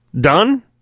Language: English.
done